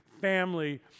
family